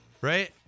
right